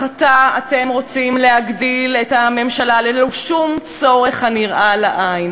אך עתה אתם רוצים להגדיל את הממשלה ללא שום צורך הנראה לעין?